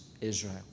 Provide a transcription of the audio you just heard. Israel